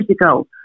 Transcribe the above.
ago